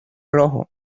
rojo